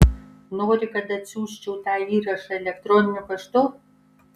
nori kad atsiųsčiau tą įrašą elektroniniu paštu